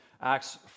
Acts